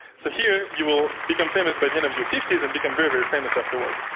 so here you will become famous by the end of your fifty s, and become very, very famous afterward.